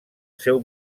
seu